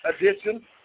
edition